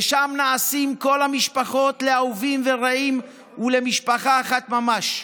ושם נעשים כל המשפחות לאהובים ורעים ולמשפחה אחת ממש.